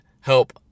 help